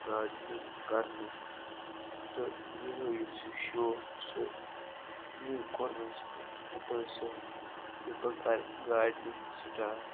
gardening کَرنُک تہٕ یِہَے یُس یہِ شوق چھُ أمی کوٚرنَس بہٕ مُتٲثر کہِ بہٕ کَرٕ گارڈنِنٛگ سِٹارٹ